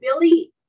Billy